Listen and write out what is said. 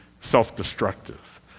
self-destructive